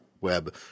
web